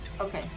Okay